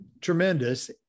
tremendous